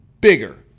Bigger